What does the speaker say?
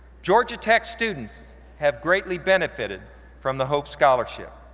georgia tech students have greatly benefited from the hope scholarship.